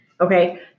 Okay